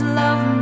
love